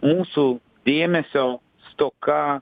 mūsų dėmesio stoka